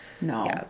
no